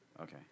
Okay